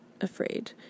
afraid